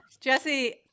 Jesse